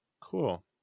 Cool